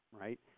right